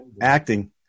acting